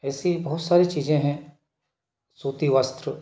ऐसी बहुत सारी चीज़ें हैं सूती वस्त्र